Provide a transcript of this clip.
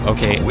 Okay